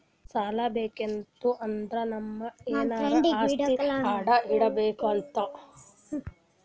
ಸಾಲಾ ಬೇಕಿತ್ತು ಅಂದುರ್ ನಮ್ದು ಎನಾರೇ ಆಸ್ತಿ ಅಡಾ ಇಡ್ಬೇಕ್ ಆತ್ತುದ್